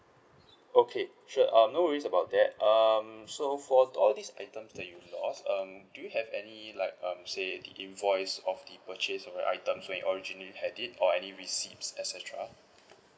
okay sure uh no worries about that um so for all these items that you lost um do you have any like um say the invoice of the purchase of your items when you originally had it or any receipts et cetera